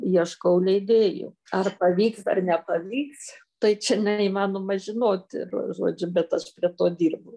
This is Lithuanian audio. ieškau leidėjų ar pavyks ar nepavyks tai čia neįmanoma žinoti ir žodžių bet aš prie to dirbu